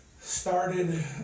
started